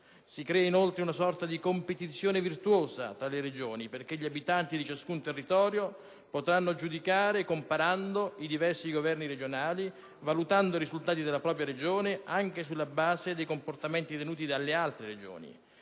Si crea, inoltre, una sorta di competizione virtuosa tra le Regioni perché gli abitanti di ciascun territorio potranno giudicare comparando i diversi governi regionali, valutando i risultati della propria Regione anche sulla base dei comportamenti tenuti da altre Regioni,